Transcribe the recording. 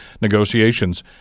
negotiations